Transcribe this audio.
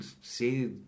say